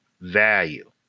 value